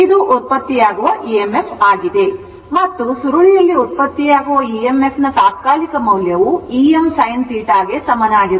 ಆದ್ದರಿಂದ ಮತ್ತು ಸುರುಳಿಯಲ್ಲಿ ಉತ್ಪತ್ತಿಯಾಗುವ emf ನ ತಾತ್ಕಾಲಿಕ ಮೌಲ್ಯವು Em sin θ ಗೆ ಸಮನಾಗಿರುತ್ತದೆ